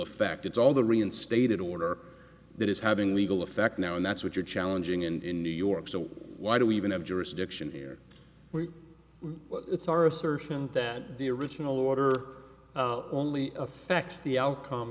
effect it's all the reinstated order that is having legal effect now and that's what you're challenging in new york so why do we even have jurisdiction here where it's our assertion that the original order only affects the outcome